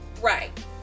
Right